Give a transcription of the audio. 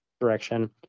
direction